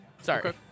sorry